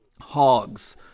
Hogs